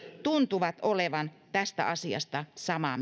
tuntuvat olevan tästä asiasta samaa